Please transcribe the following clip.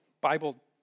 Bible